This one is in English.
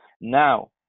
Now